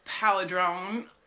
paladrone